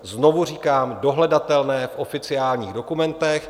Znovu říkám, je to dohledatelné v oficiálních dokumentech.